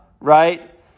right